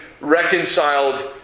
reconciled